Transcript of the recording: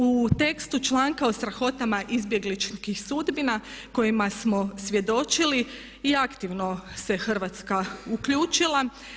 U tekstu članka o strahotama izbjegličkih sudbina kojima smo svjedočili i aktivno se Hrvatska uključila.